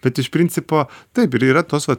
tad iš principo taip ir yra tos vat